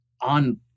on